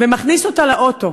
מכניס אותה לאוטו